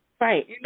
Right